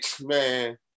man